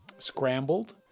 scrambled